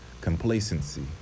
Complacency